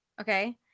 Okay